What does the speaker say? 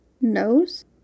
nose